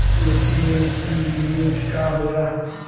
ATM की limit का होला?